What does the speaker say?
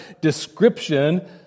description